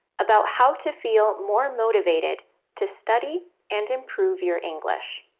about how to feel more motivated to study and improve your english.